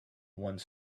one